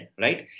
right